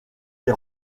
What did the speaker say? des